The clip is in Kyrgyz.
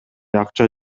акча